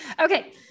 Okay